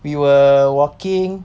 we were walking